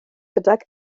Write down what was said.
gydag